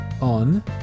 on